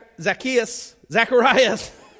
Zacharias